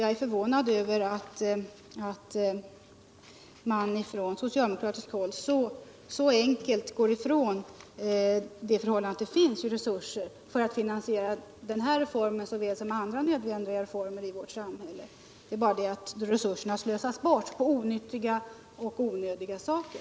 Jag är förvånad över att man på socialdemokratiskt håll så enkelt går förbi det förhållandet att det finns resurser att finansiera den här reformen lika väl som andra nödvändiga reformer i vårt samhälle. Det är bara det att resurserna slösas bort på onödiga och onyttiga saker.